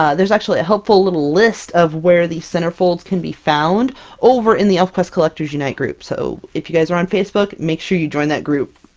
ah there's actually a helpful list of where the centerfolds can be found over in the elfquest collectors unite group! so if you guys are on facebook, make sure you join that group!